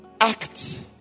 Act